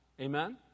Amen